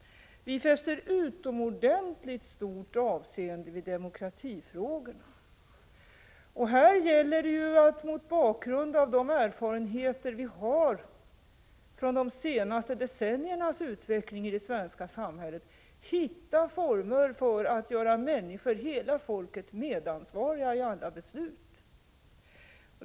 Vi fäster utomordentligt stort avseende vid demokratifrågorna. Här gäller det ju att mot bakgrund av erfarenheterna från de senaste decenniernas utveckling i det svenska samhället hitta former för att göra alla människor, hela folket, medansvarigt i besluten.